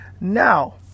Now